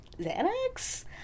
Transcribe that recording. Xanax